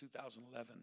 2011